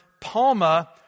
palma